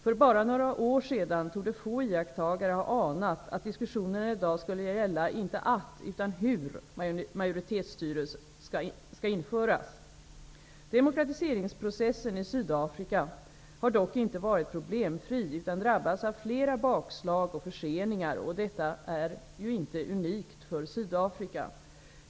För bara några år sedan torde få iakttagare ha anat att diskussionen i dag skulle gälla inte att, utan hur majoritetsstyre skall införas. Demokratiseringsprocessen i Sydafrika har dock inte varit problemfri utan drabbats av flera bakslag och förseningar. Detta är inte unikt för Sydafrika.